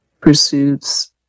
pursuits